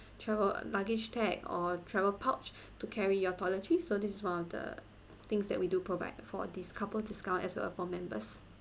travel luggage tag or travel pouch to carry your toiletries so this one of the things that we do provide for this couple discount as well for members